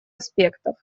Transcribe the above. аспектов